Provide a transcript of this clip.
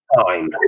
time